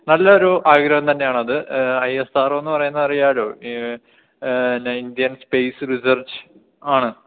നല്ലൊരു ആഗ്രഹം തന്നെയാണത് ഐ എസ് ആർ ഒയെന്ന് പറയുന്നത് അറിയാമല്ലോ ഈ പിന്നെ ഇന്ത്യൻ സ്പേസ് റിസർച്ച് ആണ്